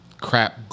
crap